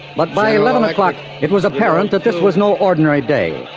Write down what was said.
but by eleven o'clock it was apparent that this was no ordinary day.